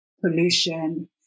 pollution